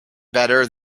better